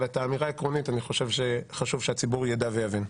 אבל את האמירה העקרונית אני חושב שחשוב שהציבור ידע ויבין.